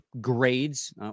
grades